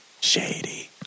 Shady